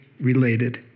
related